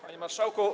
Panie Marszałku!